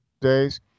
days